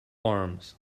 arms